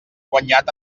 guanyat